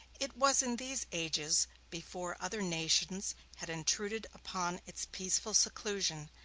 it was in these ages, before other nations had intruded upon its peaceful seclusion,